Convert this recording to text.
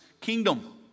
kingdom